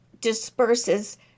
disperses